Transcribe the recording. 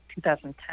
2010